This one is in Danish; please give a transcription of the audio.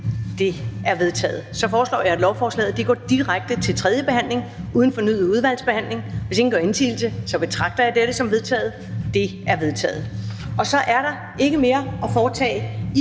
De er vedtaget. Jeg foreslår, at lovforslaget går direkte til tredjebehandling uden fornyet udvalgsbehandling. Hvis ingen gør indsigelse, betragter jeg dette som vedtaget. Det er vedtaget. --- Kl. 13:04 Meddelelser fra